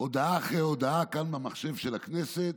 הודעה אחרי הודעה, כאן, במחשב של הכנסת.